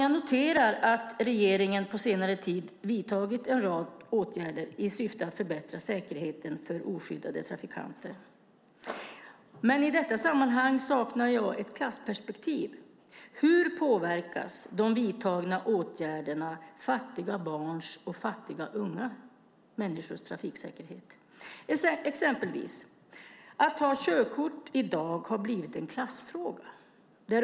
Jag noterar att regeringen under senare tid vidtagit en rad åtgärder i syfte att förbättra säkerheten för oskyddade trafikanter. Men i detta sammanhang saknar jag ett klassperspektiv. Hur påverkar de vidtagna åtgärderna fattiga barns och fattiga unga människors trafiksäkerhet? Låt mig ge ett exempel. Att ta körkort har i dag blivit en klassfråga.